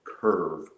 curve